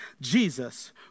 Jesus